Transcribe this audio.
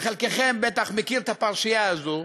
וחלקכם בטח מכיר את הפרשייה הזו.